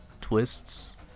twists